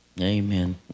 Amen